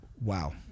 Wow